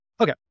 Okay